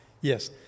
Yes